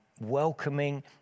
welcoming